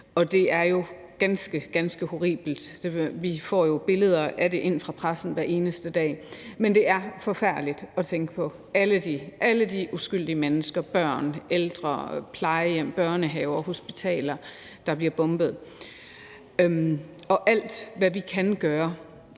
Og det er jo ganske, ganske horribelt. Vi får jo billeder af det ind fra pressen hver eneste dag, og det er forfærdeligt at tænke på alle de uskyldige mennesker – børn, ældre – og plejehjem, børnehaver og hospitaler, der bliver bombet. Og alt, hvad vi kan gøre